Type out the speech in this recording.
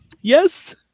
Yes